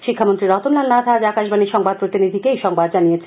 শিক্ষামন্ত্রী রতনলাল নাথ আজ আকাশবাণীর সংবাদ প্রতিনিধিকে এই সংবাদ জানিয়েছেন